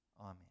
amen